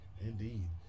Indeed